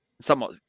somewhat